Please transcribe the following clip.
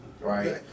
right